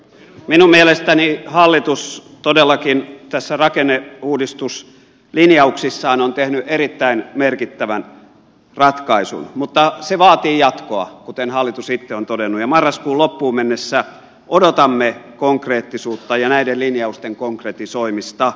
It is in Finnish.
minun mielestäni hallitus todellakin näissä rakenneuudistuslinjauksissaan on tehnyt erittäin merkittävän ratkaisun mutta se vaatii jatkoa kuten hallitus itse on todennut ja marraskuun loppuun mennessä odotamme konkreettisuutta ja näiden linjausten konkretisoimista